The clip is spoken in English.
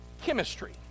chemistry